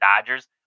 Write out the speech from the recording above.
Dodgers